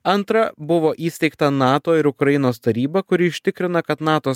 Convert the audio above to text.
antra buvo įsteigta nato ir ukrainos taryba kuri užtikrina kad nato